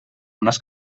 unes